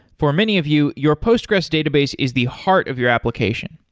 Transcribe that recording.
for many of you, your postgres database is the heart of your application.